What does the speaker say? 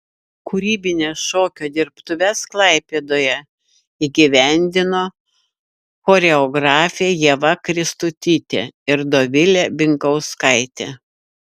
kūrybines šokio dirbtuves klaipėdoje įgyvendino choreografė ieva kristutytė ir dovilė binkauskaitė